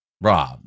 rob